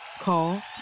Call